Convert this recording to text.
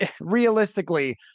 realistically